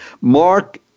Mark